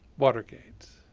watergate.